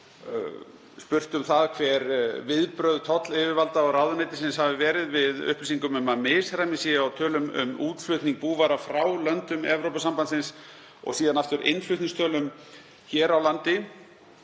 spurði m.a. hver viðbrögð tollyfirvalda og ráðuneytisins hafi verið við upplýsingum um að misræmi sé á tölum um útflutning búvara frá löndum Evrópusambandsins og innflutningstölum hér á landi.